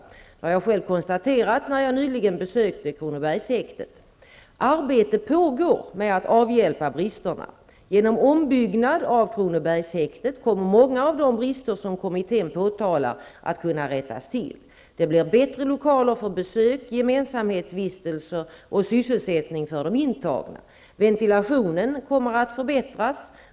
Det har jag själv konstaterat när jag nyligen besökte Kronobergshäktet. Arbete pågår med att avhjälpa bristerna. Genom ombyggnad av Kronobergshäktet kommer många av de brister som kommittén påtalar att kunna rättas till. Det blir bättre lokaler för besök, gemensamhetsvistelser och sysselsättning för de intagna. Ventilationen kommer att förbättras.